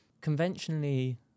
Conventionally